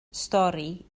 stori